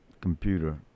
computer